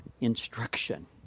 instruction